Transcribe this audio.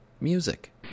music